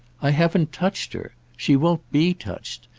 i haven't touched her. she won't be touched.